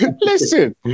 Listen